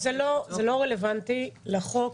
זה לא רלוונטי לחוק,